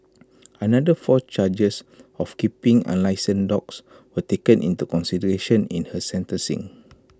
another four charges of keeping unlicensed dogs were taken into consideration in her sentencing